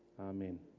Amen